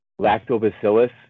lactobacillus